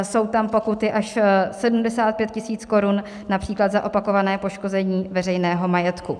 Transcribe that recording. Jsou tam pokuty až 75 tisíc korun např. za opakované poškození veřejného majetku.